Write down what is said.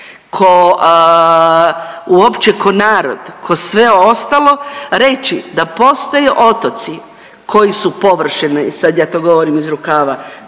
ko narod, ko sve ostalo reći da postoje otoci koji su površine, sad ja to govorim iz rukava